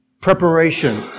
Preparation